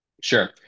Sure